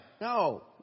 No